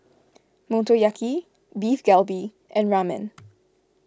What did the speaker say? Motoyaki Beef Galbi and Ramen